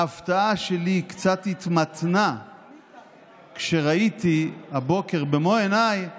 ההפתעה שלי קצת התמתנה כשראיתי הבוקר במו עיניי